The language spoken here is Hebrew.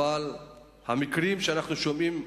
אך המקרים שאנחנו שומעים,